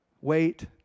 wait